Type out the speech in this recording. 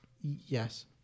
Yes